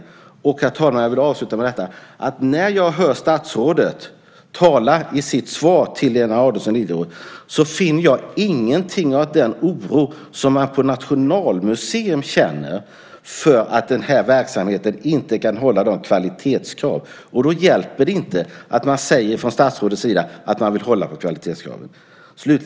Herr talman! Jag vill avsluta med att säga att när jag hör statsrådet tala i sitt svar till Lena Adelsohn Liljeroth så finner jag ingenting av den oro som man på Nationalmuseum känner för att den här verksamheten inte kan hålla kvalitetskraven. Då hjälper det inte att statsrådet säger att man vill hålla på kvalitetskraven.